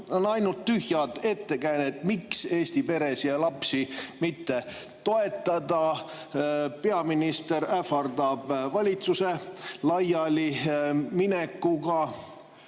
on ainult tühjad ettekäänded, miks Eesti peresid ja lapsi mitte toetada. Peaminister ähvardab valitsuse laialiminekuga.